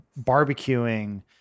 barbecuing